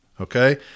Okay